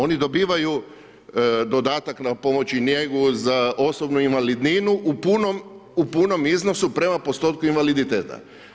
Oni dobivaju dodatak na pomoć i njegu za osobnu invalidninu u punom iznosu prema postotku invaliditeta.